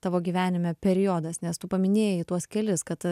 tavo gyvenime periodas nes tu paminėjai tuos kelis kad